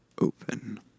open